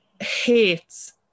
hates